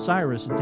Cyrus